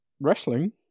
Wrestling